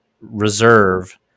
reserve